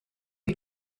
you